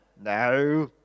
No